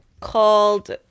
called